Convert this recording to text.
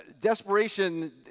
desperation